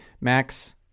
max